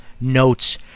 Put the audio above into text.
notes